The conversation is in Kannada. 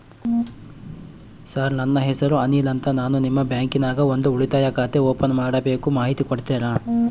ಸರ್ ನನ್ನ ಹೆಸರು ಅನಿಲ್ ಅಂತ ನಾನು ನಿಮ್ಮ ಬ್ಯಾಂಕಿನ್ಯಾಗ ಒಂದು ಉಳಿತಾಯ ಖಾತೆ ಓಪನ್ ಮಾಡಬೇಕು ಮಾಹಿತಿ ಕೊಡ್ತೇರಾ?